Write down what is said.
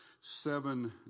seven